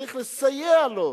צריך לסייע לו,